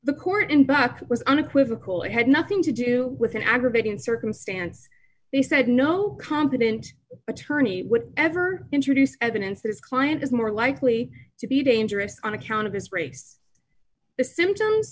the court in back was unequivocal it had nothing to do with an aggravating circumstance they said no competent attorney would ever introduce evidence this client is more likely to be dangerous on account of his race the symp